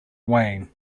wayne